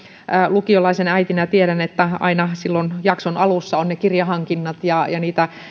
lukiolaisen äitinä tiedän että aina silloin jakson alussa on ne kirjahankinnat ja ja niitä